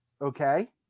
okay